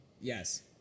Yes